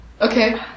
Okay